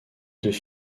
deux